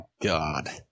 god